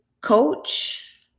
coach